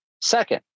Second